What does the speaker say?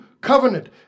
covenant